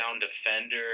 defender